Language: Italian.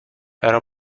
era